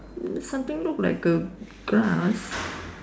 something look like a grass